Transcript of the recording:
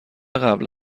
قبل